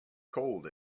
cold